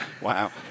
wow